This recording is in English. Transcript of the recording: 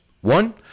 One